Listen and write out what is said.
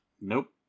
nope